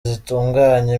zitunganya